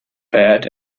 bad